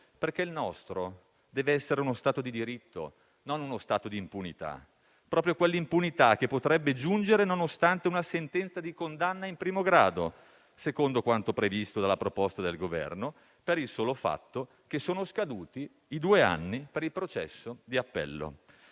Il nostro deve essere uno Stato di diritto, non uno Stato di impunità; proprio quell'impunita che potrebbe giungere nonostante una sentenza di condanna in primo grado, secondo quanto previsto dalla proposta del Governo, per il solo fatto che sono scaduti i due anni per il processo di appello.